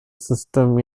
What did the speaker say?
system